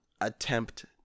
attempt